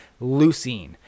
leucine